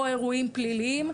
או אירועים פליליים,